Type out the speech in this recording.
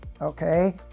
Okay